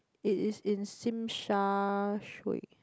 it is in Shim Sha Tsui